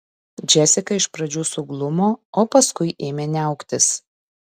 džesika iš pradžių suglumo o paskui ėmė niauktis